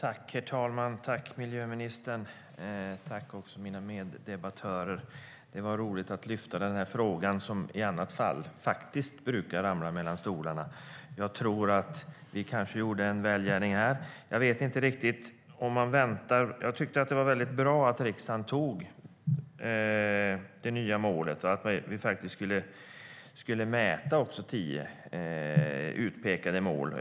Herr talman! Jag tackar miljöministern och mina meddebattörer. Det var roligt att lyfta upp den här frågan som annars brukar falla mellan stolarna. Vi kanske har gjort en välgärning här, jag vet inte. Det var bra att riksdagen antog det nya målet och att vi även ska mäta tio utpekade mål.